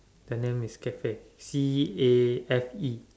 the name is Cafe C A F E